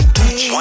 touch